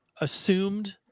assumed